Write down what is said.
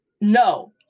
No